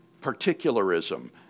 particularism